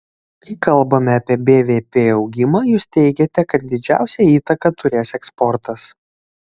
kai kalbame apie bvp augimą jūs teigiate kad didžiausią įtaką turės eksportas